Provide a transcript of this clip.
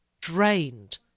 drained